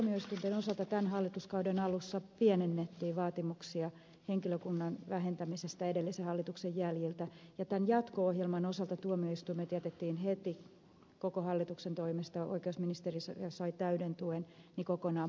tuottavuusohjelmassa tuomioistuinten osalta tämän hallituskauden alussa pienennettiin vaatimuksia henkilökunnan vähentämisestä edellisen hallituksen jäljiltä ja tämän jatko ohjelman osalta tuomioistuimet jätettiin heti koko hallituksen toimesta oikeusministeri sai täyden tuen kokonaan pois